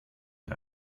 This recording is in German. der